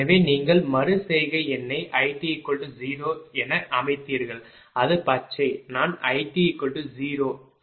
எனவே நீங்கள் மறு செய்கை எண்ணை IT0 என அமைத்தீர்கள் அது பச்சை நான் IT0 எழுதினேன்